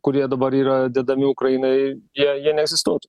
kurie dabar yra dedami ukrainai jie jie neegzistuotų